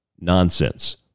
nonsense